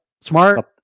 Smart